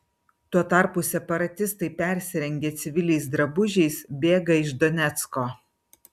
tuo tarpu separatistai persirengę civiliais drabužiais bėga iš donecko